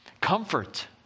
Comfort